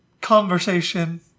conversation